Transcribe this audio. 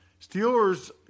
Steelers